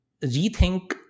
rethink